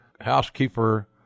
housekeeper